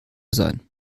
sein